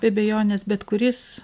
be abejonės bet kuris